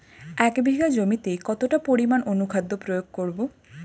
এক বিঘা জমিতে কতটা পরিমাণ অনুখাদ্য প্রয়োগ করব?